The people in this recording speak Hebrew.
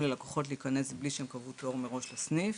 ללקוחות להיכנס מבלי שקבעו תור מראש לסניף,